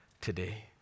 today